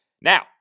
Now